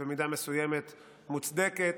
ובמידה מסוימת מוצדקת.